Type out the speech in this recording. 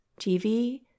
TV